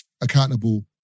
accountable